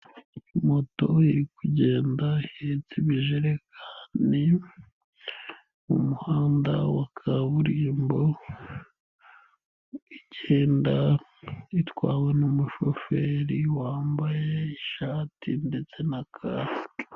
Moto iri kugenda, ihetse ibijekani, ni mu muhanda wa kaburimbo, igenda itwawe n'umushoferi wambaye ishati ndetse na kasike.